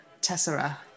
Tessera